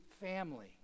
family